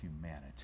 humanity